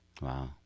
wow